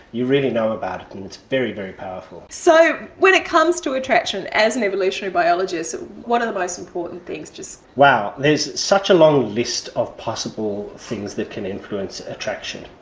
you really know about it and it's very, very powerful. so when it comes to attraction, as an evolutionary biologist what are the most important things? wow, there's such a long list of possible things that can influence attraction,